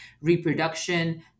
reproduction